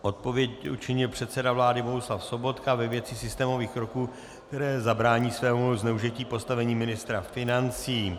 Odpověď učinil předseda vlády Bohuslav Sobotka ve věci systémových kroků, které zabrání zneužití postavení ministra financí.